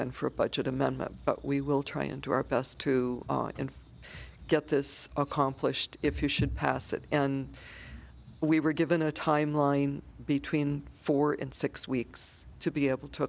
amendment but we will try and do our best to get this accomplished if you should pass it and we were given a timeline between four and six weeks to be able to